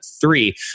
three